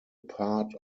part